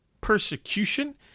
Persecution